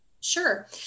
Sure